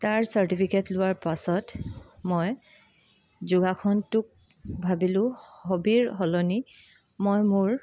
তাৰ চাৰ্টিফিকেট লোৱাৰ পাছত মই যোগাসনটোক ভাবিলো হ'বিৰ সলনি মই মোৰ